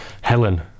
Helen